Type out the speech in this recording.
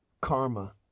karma